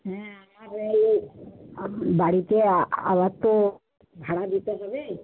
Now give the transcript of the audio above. হ্যাঁ আমার ঘরে বাড়িতে আমার তো ভাড়া দিতে হবে